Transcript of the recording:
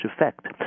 effect